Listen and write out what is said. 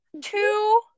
two